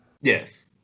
Yes